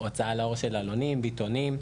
הוצאה לאור של עלונים בעיתונים,